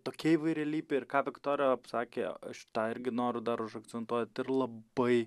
tokia įvairialypė ir ką viktorija sakė aš tą irgi noriu dar užakcentuot ir labai